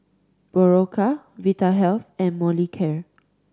Berocca Vitahealth and Molicare